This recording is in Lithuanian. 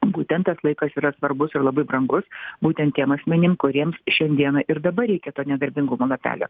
būtent tas laikas yra svarbus ir labai brangus būtent tiem asmenim kuriems šiandieną ir dabar reikia to nedarbingumo lapelio